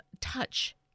touch